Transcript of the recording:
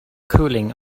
cooling